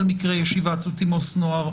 מקרה יש היוועצות עם עובד סוציאלי לנוער.